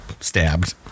stabbed